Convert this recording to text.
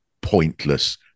pointless